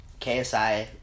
KSI